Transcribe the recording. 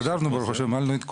הסתדרנו, ברוך השם, מלנו את כולם.